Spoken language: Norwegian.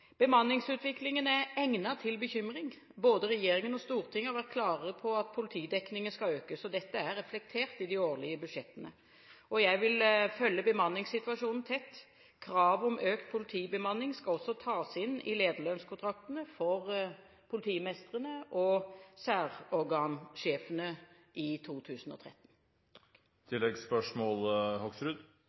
Bemanningsutviklingen gir grunn til bekymring. Både regjeringen og Stortinget har vært klare på at politidekningen skal økes. Dette er reflektert i de årlige budsjettene. Jeg vil følge bemanningssituasjonen tett. Kravet om økt politibemanning skal også tas inn i lederlønnskontraktene for politimestrene/særorgansjefene i 2013.